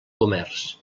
comerç